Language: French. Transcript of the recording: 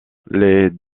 les